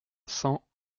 cent